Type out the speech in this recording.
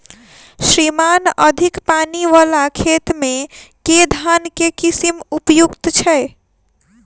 श्रीमान अधिक पानि वला खेत मे केँ धान केँ किसिम उपयुक्त छैय?